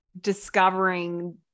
discovering